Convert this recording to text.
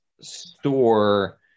store